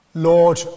Lord